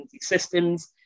systems